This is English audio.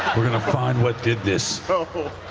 we're going to find what did this.